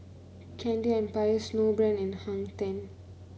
Candy Empire Snowbrand and Hang Ten